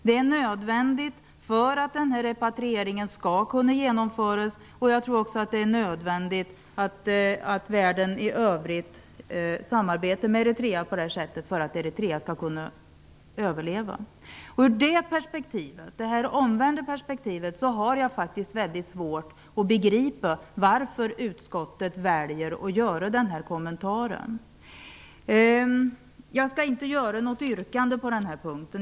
Det är nödvändigt för att repatrieringen skall kunna genomföras. Jag tror också att det är nödvändigt att världen i övrigt samarbetar med Eritrea på detta sätt för att Eritrea skall kunna överleva. Ur detta omvända perspektiv har jag faktiskt väldigt svårt att begripa varför utskottet väljer att göra denna kommentar. Jag skall inte göra något yrkande på denna punkt.